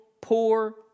poor